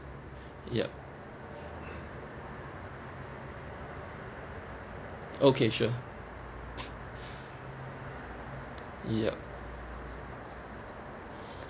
yup okay sure yup